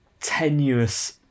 tenuous